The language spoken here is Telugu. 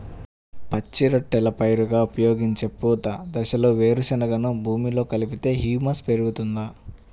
పచ్చి రొట్టెల పైరుగా ఉపయోగించే పూత దశలో వేరుశెనగను భూమిలో కలిపితే హ్యూమస్ పెరుగుతుందా?